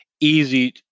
easy